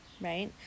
right